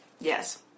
Yes